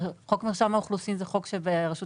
חוק מרשם האוכלוסין זה חוק שרשות